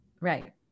right